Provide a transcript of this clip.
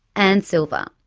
and silver.